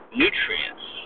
nutrients